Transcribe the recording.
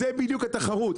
זה בדיוק התחרות,